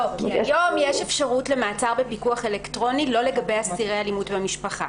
היום יש אפשרות למעצר בפיקוח אלקטרוני לא לגבי אסירי אלימות במשפחה.